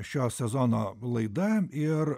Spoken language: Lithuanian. šio sezono laida ir